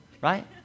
right